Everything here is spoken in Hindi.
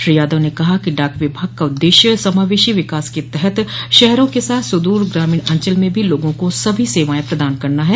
श्री यादव ने कहा कि डाक विभाग का उददेश्य समावेशी विकास के तहत शहरों के साथ सुदूर ग्रामीण अंचल में भी लोगों को सभी सेवाएं प्रदान करना है